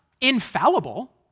infallible